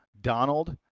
Donald